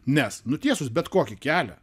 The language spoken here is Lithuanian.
nes nutiesus bet kokį kelią